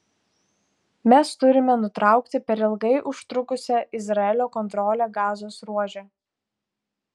mes turime nutraukti per ilgai užtrukusią izraelio kontrolę gazos ruože